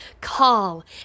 call